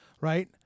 right